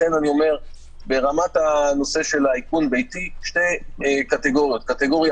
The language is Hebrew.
לכן ברמת הנושא של האיכון הביתי יש שתי קטגוריות: קטגוריה